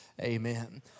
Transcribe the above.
Amen